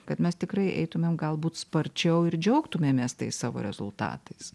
kad mes tikrai eitumėm galbūt sparčiau ir džiaugtumėmės tais savo rezultatais